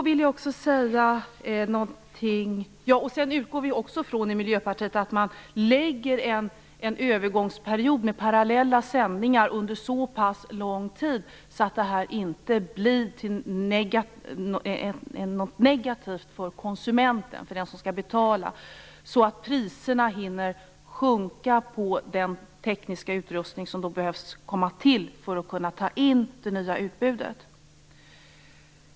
Vi i Miljöpartiet utgår också från att man lägger in en övergångsperiod med parallella sändningar under så pass lång tid att detta inte blir något negativt för konsumenterna, för dem som skall betala, så att priserna hinner sjunka på den tekniska utrustning som behövs för att man skall kunna ta in det nya utbudet.